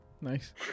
Nice